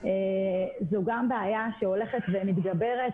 זו גם בעיה שהולכת ומתגברת.